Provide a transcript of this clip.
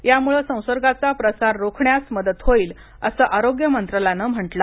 यामुळं संसर्गाचा प्रसार रोखण्यास मदत होईल असं आरोग्य मंत्रालयानं म्हटलं आहे